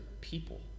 people